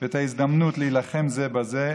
ואת ההזדמנות להילחם זה בזה,